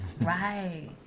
Right